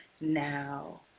now